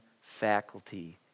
faculty